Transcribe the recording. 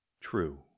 true